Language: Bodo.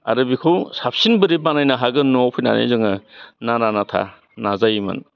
आरो बेखौ साबसिन बोरै बानायनो हागोन न'आव फैनानै जोङो नारा नाथा नाजायोमोन